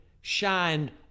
shined